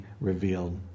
revealed